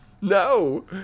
No